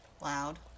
loud